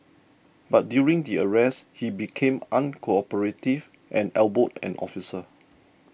but during the arrest he became uncooperative and elbowed an officer